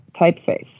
typeface